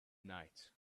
night